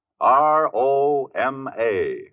R-O-M-A